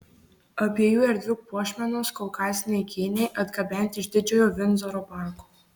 abiejų erdvių puošmenos kaukaziniai kėniai atgabenti iš didžiojo vindzoro parko